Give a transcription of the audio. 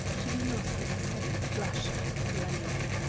to be lost in a sudden flash of flame.